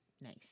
nice